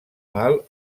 mal